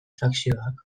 fakzioak